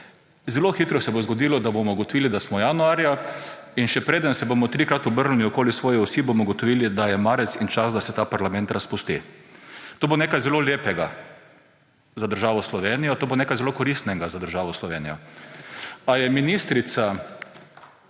zelo hitro se bo zgodilo, da bomo ugotovili, da smo januarja, in še preden se bomo trikrat obrnili okoli svoje osi, bomo ugotovili, da je marec in čas, da se ta parlament razpusti. To bo nekaj zelo lepega za državo Slovenijo, to bo nekaj zelo koristnega za državo Slovenijo. A je ministrica,